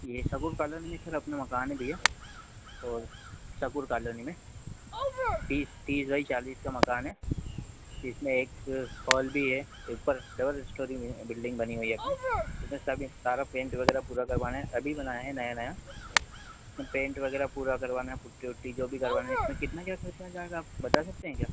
यह सगुर कालोनी में सर अपना मकान है भैया और सकुर कालोनी में तीस तीस बाइ चालीस का मकान है इसमें एक हॉल भी है ऊपर डबल स्टोरी में है बिल्डिंग बनी हुई है अपनी जिसमें सभी सारा पेंट वगैरह पूरा करवाना है अभी बना है नया नया में पेंट वगैरह पूरा करवाना है पुट्टी ओट्टी जो भी करवाने है इसमें कितना क्या खर्चा आ जाएगा आप बता सकते हैं क्या